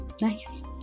Nice